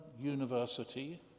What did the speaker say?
University